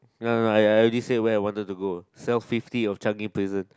no no I I already say where I wanted to go cell fifty of Changi prison